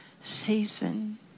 season